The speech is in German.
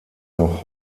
noch